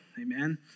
Amen